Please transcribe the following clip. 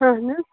اہن حَظ